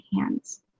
hands